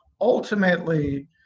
ultimately